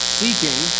seeking